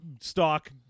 stock